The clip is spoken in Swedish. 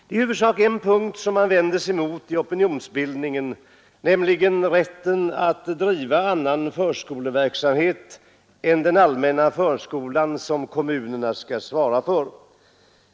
Det är i huvudsak en punkt som man vänder sig mot i opinionsbildningen, nämligen rätten att driva annan förskoleverksamhet än den allmänna förskolan som kommunerna skall svara för.